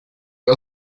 see